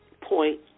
Point